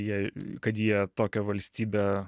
jie kad jie tokią valstybę